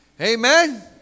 Amen